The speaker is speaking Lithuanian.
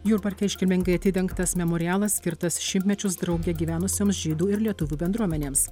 jurbarke iškilmingai atidengtas memorialas skirtas šimtmečius drauge gyvenusioms žydų ir lietuvių bendruomenėms